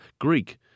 Greek